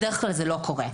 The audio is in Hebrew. בדרך כלל זה לא קורה.